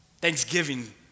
Thanksgiving